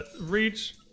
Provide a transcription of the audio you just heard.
reach